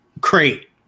crate